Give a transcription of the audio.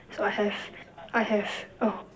so I have I have oh